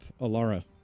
Alara